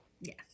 Yes